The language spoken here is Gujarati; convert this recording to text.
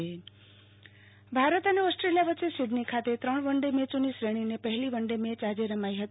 આરતી ભદ્દ ક્રિકેટ ભારતે અને ઓસ્ટ્રેલીયા વચ્ચે સિડની ખાતે ત્રણ વન ડે મેયોની શ્રેણીને પહેલી વન ડે મેચ આજે રમી હતી